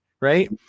right